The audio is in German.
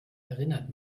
erinnert